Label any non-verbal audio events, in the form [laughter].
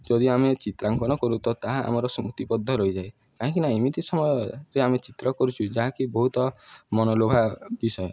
ଯଦି ଆମେ ଚିତ୍ରାଙ୍କନ କରୁ ତ ତାହା ଆମର ସ୍ମୃତି [unintelligible] ରହିଯାଏ କାହିଁକିନା ଏମିତି ସମୟରେ ଆମେ ଚିତ୍ର କରୁଛୁ ଯାହାକି ବହୁତ ମନଲୋଭା ବିଷୟ